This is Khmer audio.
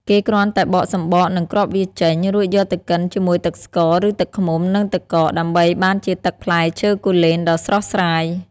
គេគ្រាន់តែបកសំបកនិងគ្រាប់វាចេញ រួចយកទៅកិនជាមួយទឹកស្ករ ឬទឹកឃ្មុំ និងទឹកកក ដើម្បីបានជាទឹកផ្លែឈើគូលែនដ៏ស្រស់ស្រាយ។